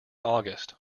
august